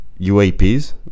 UAPs